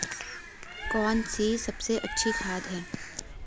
कौन सी सबसे अच्छी खाद है?